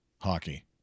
hockey